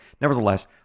nevertheless